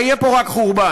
אלא יהיה פה רק חורבן.